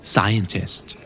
Scientist